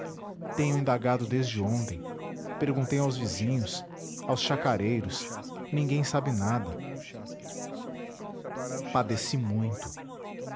tenho indagado desde ontem perguntei aos vizinhos aos chacareiros ninguém sabe nada padeci muito